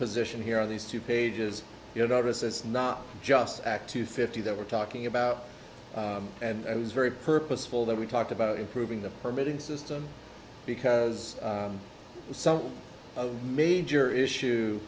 position here on these two pages you notice it's not just act two fifty that we're talking about and i was very purposeful that we talked about improving the permitting system because some major issue